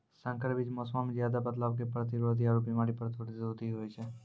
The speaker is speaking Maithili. संकर बीज मौसमो मे ज्यादे बदलाव के प्रतिरोधी आरु बिमारी प्रतिरोधी होय छै